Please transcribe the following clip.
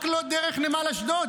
רק לא דרך נמל אשדוד.